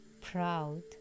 proud